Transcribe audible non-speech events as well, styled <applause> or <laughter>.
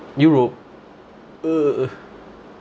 europe <noise>